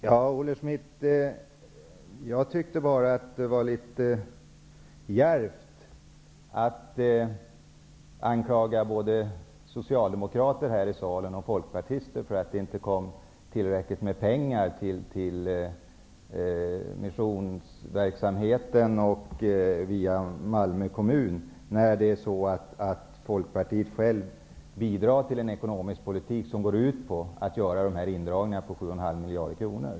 Herr talman! Jag tyckte att det var litet djärvt att anklaga både socialdemokrater och folkpartister här i salen för att det inte kom tillräckligt med pengar till missionsverksamheten via Malmö kommun, när Folkpartiet självt bidrar till en ekonomisk politik som går ut på att göra indragningar på 7,5 miljarder kronor.